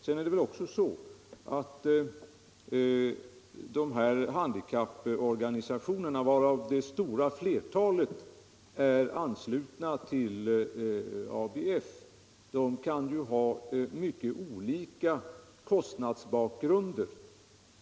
Sedan är det väl också så att handikapporganisationerna, varav det stora flertalet är anslutna till ABF, kan ha mycket olika kostnadsbakgrunder.